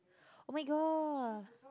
oh-my-god